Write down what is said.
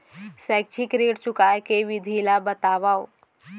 शैक्षिक ऋण चुकाए के विधि ला बतावव